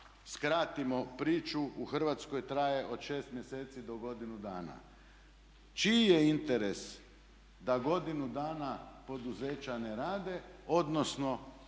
skratimo priču u Hrvatskoj traje od 6 mjeseci do godinu dana. Čiji je interes da godinu dana poduzeća ne rade, odnosno